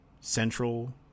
Central